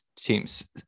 teams